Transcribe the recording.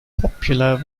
popular